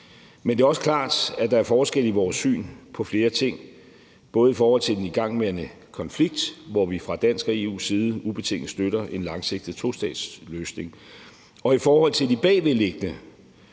Men det er også klart, at der er forskelle i vores syn på flere ting, både i forhold til den igangværende konflikt, hvor vi fra dansk og EU's side ubetinget støtter en langsigtet tostatsløsning, og i forhold til de bagvedliggende